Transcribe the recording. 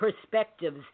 perspectives